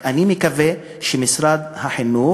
אני רק מקווה שמשרד החינוך